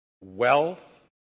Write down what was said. wealth